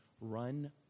run